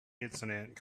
incident